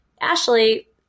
Ashley